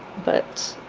but